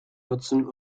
nutzen